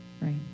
Right